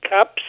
Cups